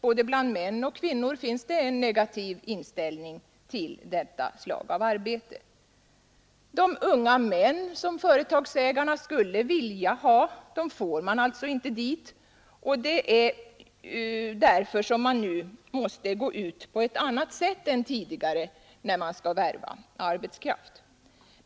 Både bland män och kvinnor finns en negativ inställning till industriarbete. De unga män som företagarna skulle vilja ha får man alltså inte dit, och det är därför som man nu måste gå ut på ett annat sätt än tidigare när man skall värva arbetskraft.